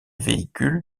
véhicules